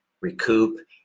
recoup